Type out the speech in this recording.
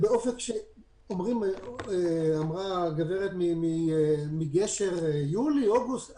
אמרה הגברת מגשר יולי-אוגוסט.